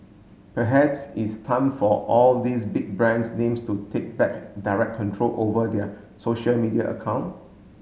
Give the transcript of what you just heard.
perhaps it's time for all these big brands names to take back direct control over their social media account